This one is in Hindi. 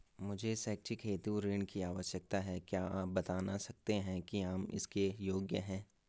मुझे शैक्षिक हेतु ऋण की आवश्यकता है क्या आप बताना सकते हैं कि हम इसके योग्य हैं?